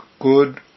good